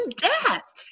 death